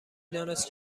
دانست